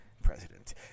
president